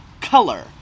color